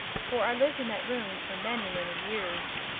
for i lived in that room for many, many years.